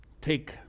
Take